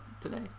today